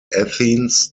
athens